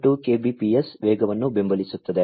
2Kbps ವೇಗವನ್ನು ಬೆಂಬಲಿಸುತ್ತದೆ